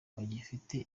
bagifite